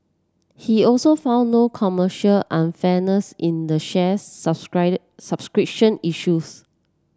he also found no commercial unfairness in the share subscribed subscription issues